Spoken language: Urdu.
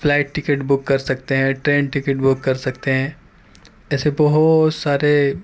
فلائٹ ٹکٹ بک کر سکتے ہیں ٹرین ٹکٹ بک کر سکتے ہیں ایسے بہت سارے